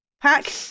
pack